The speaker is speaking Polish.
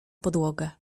podłogę